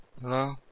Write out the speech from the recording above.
Hello